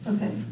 Okay